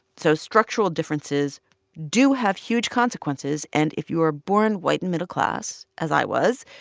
so structural differences do have huge consequences and if you are born white and middle class, as i was,